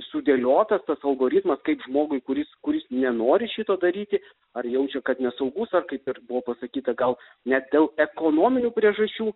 sudėliotas tas algoritmas kaip žmogui kuris kuris nenori šito daryti ar jaučia kad nesaugus ar kaip ir buvo pasakyta gal net dėl ekonominių priežasčių